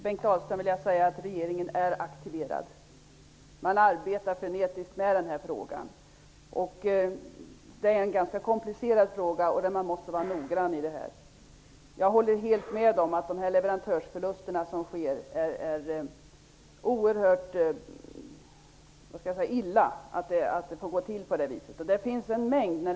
Herr talman! Regeringen är aktiverad, Bengt Dalström. Man arbetar frenetiskt med den här frågan. Det är en ganska komplicerad fråga, och man måste vara noggrann. Jag håller helt med om att det är oerhört illa med de leverantörsförluster som sker.